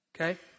Okay